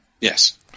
yes